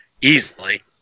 easily